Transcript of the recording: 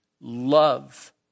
love